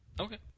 okay